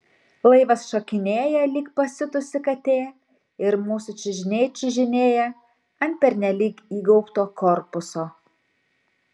laivas šokinėja lyg pasiutusi katė ir mūsų čiužiniai čiužinėja ant pernelyg įgaubto korpuso